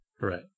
Right